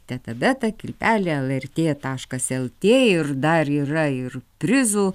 teta beta kilpelė lrt taškas lt ir dar yra ir prizų